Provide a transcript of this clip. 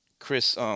Chris